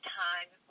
time